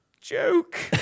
joke